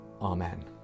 Amen